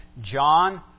John